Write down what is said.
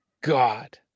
God